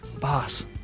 Boss